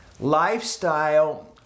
Lifestyle